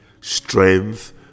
Strength